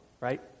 right